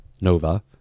Nova